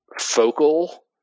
focal